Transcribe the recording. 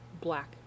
black